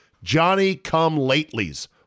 Johnny-come-latelys